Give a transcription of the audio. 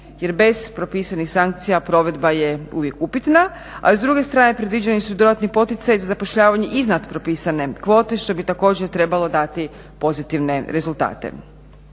jer bez propisanih sankcija provedba je uvijek upitna, a s druge strane predviđeni su dodatni poticaji za zapošljavanje iznad propisane kvote što bi također trebalo dati pozitivne rezultate.